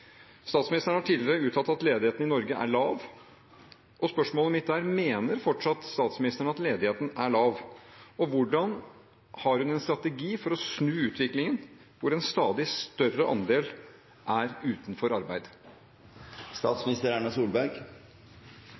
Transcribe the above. Statsministeren har tidligere uttalt at ledigheten i Norge er lav, og spørsmålet mitt er: Mener statsministeren fortsatt at ledigheten er lav, og har hun en strategi for å snu utviklingen hvor en stadig større andel er utenfor arbeid?